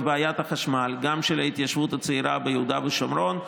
בעיית החשמל של ההתיישבות הצעירה ביהודה ושומרון,